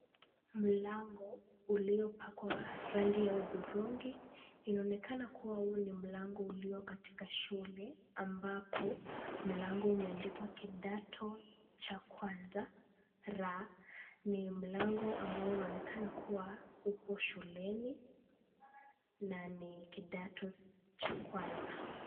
Mlango uliopakwa rangi ya hudhurungi. Inaonekana kuwa huu ni mlango ulio katika shule ambapo mlango umeandikwa kidato cha kwanza R. Ni mlango ambao unaonekana upo shuleni na ni kidato cha kwanza.